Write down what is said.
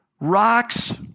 rocks